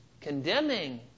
condemning